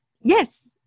Yes